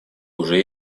уже